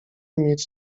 mieć